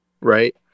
Right